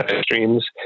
streams